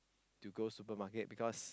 to go supermarket because